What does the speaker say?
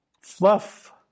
fluff